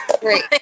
great